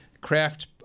Craft